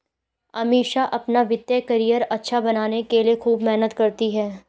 अमीषा अपना वित्तीय करियर अच्छा बनाने के लिए खूब मेहनत करती है